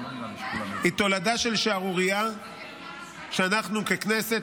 היא תולדה של שערורייה שאנחנו ככנסת,